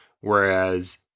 Whereas